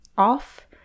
off